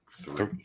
three